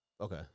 Okay